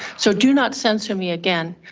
so do not censor me again.